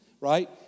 right